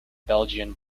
belgian